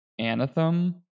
Anathem